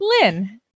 Lynn